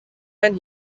man